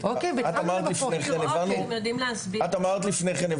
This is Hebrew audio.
את אמרת לפני כן,